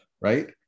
right